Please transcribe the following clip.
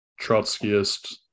Trotskyist